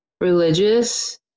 Religious